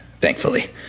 Thankfully